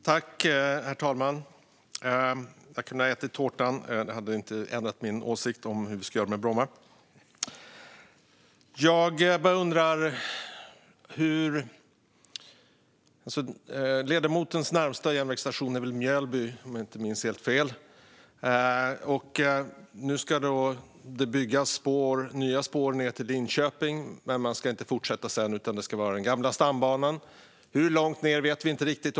Herr talman! Jag kunde ha ätit tårtan. Det hade inte ändrat min åsikt om hur vi ska göra med Bromma. Ledamotens närmaste järnvägsstation är väl Mjölby, om jag inte minns helt fel. Nu ska det byggas nya spår ned till Linköping. Men sedan ska man inte fortsätta, utan det ska vara den gamla stambanan - hur långt ned vet vi inte riktigt.